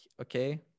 okay